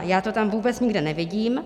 Já to tam vůbec nikde nevidím.